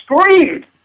screamed